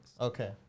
Okay